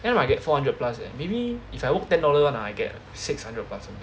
then I get four hundred plus leh maybe if I work ten dollar [one] ah I get six hundred plus only